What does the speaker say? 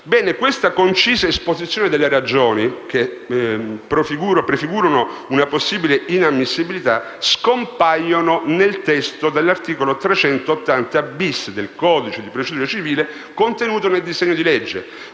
della concisa esposizione delle ragioni che prefigurano una possibile inammissibilità scompare nel nuovo testo dell'articolo 380-*bis* del codice di procedura civile come previsto nel disegno di legge.